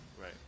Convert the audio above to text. right